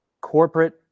corporate